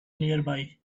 nearby